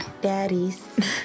Daddies